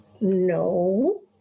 No